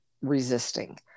resisting